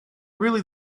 really